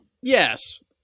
yes